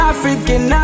African